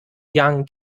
young